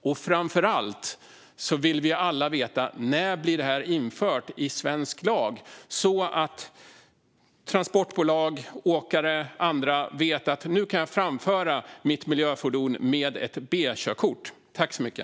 Och framför allt vill vi alla veta: När blir det här infört i svensk lag så att transportbolag, åkare och andra vet att de kan framföra sitt miljöfordon med ett B-körkort?